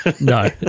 No